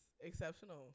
exceptional